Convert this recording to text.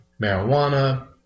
marijuana